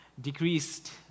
decreased